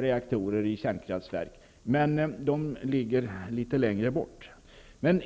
reaktorer i kärnkraftsverk, men de ligger litet längre bort.